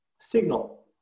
Signal